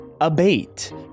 Abate